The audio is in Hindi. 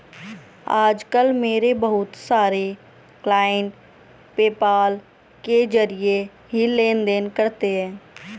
आज कल मेरे बहुत सारे क्लाइंट पेपाल के जरिये ही लेन देन करते है